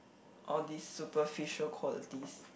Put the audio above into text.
all these superficial qualities